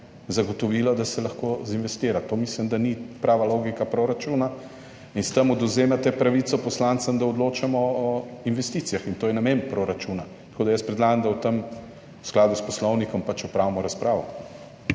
zagotovilo, da se lahko zinvestira. To mislim, da ni prava logika proračuna in s tem odvzemate pravico poslancem, da odločamo o investicijah, in to je namen proračuna. Predlagam, da o tem v skladu s poslovnikom opravimo razpravo.